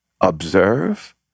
observe